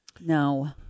No